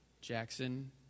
Jackson